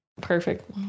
perfect